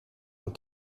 ont